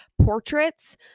portraits